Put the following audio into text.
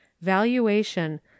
Valuation